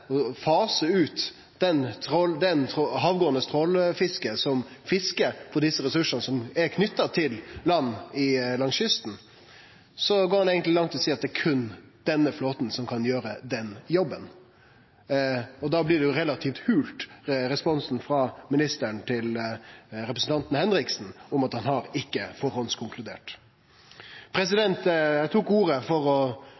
og fase ut det havgåande trålfisket som fiskar på desse ressursane, som er knytte til land langs kysten, går han langt i å seie at det er berre den flåten som kan gjere den jobben. Da blir den relativt hol den responsen frå ministeren til representanten Henriksen om at han ikkje har førehandskonkludert. Eg tok ordet for å